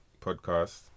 podcast